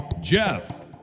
Jeff